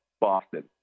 Boston